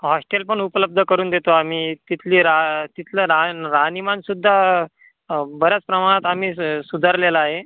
हॉस्टेलपण उपलब्ध करून देतो आम्ही तिथली रा तिथलं राह राहणीमानसुद्धा बऱ्याच प्रमाणात आम्ही सुधारलेलं आहे